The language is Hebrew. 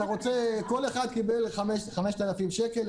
כל אחד קיבל 5,000 שקלים,